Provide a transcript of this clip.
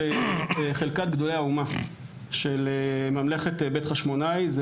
חלקת גדולי האומה של ממלכת בית חשמונאי.